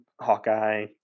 hawkeye